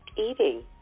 eating